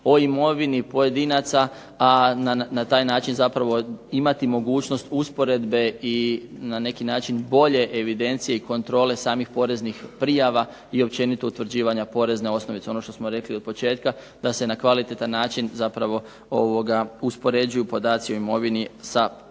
o imovini pojedinaca, a na taj način zapravo imati mogućnost usporedbe i na neki način bolje evidencije i kontrole samih poreznih prijava i općenito utvrđivanja porezne osnovice, ono što smo rekli od početka da se na kvalitetan način zapravo uspoređuju podaci o imovini sa podacima